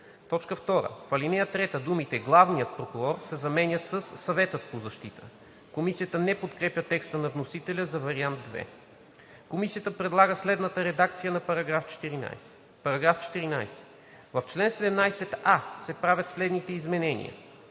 2. В ал. 3 думите „главният прокурор“ се заменят със „Съветът по защита“.“ Комисията не подкрепя текста на вносителя за вариант II. Комисията предлага следната редакция на § 14: „§ 14. В чл. 17а се правят следните изменения: